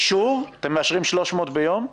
אתם מאשרים 300 ביום?